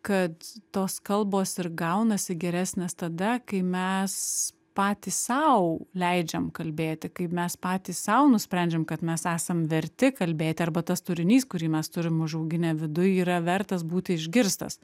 kad tos kalbos ir gaunasi geresnės tada kai mes patys sau leidžiam kalbėti kai mes patys sau nusprendžiam kad mes esam verti kalbėti arba tas turinys kurį mes turim užauginę viduj yra vertas būti išgirstas